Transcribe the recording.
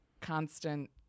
constant